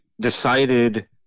decided